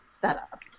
setup